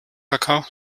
kakao